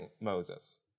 Moses